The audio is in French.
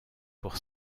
pour